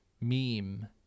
meme